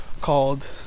called